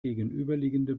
gegenüberliegende